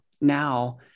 now